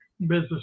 business